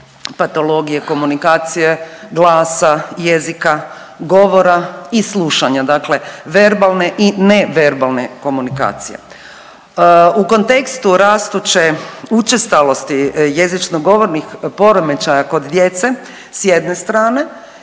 patologije, komunikacije, glasa, jezika, govora i slušanja, dakle verbalne i ne verbalne komunikacije. U kontekstu rastuće učestalosti jezično govornih poremećaja kod djece s jedne strane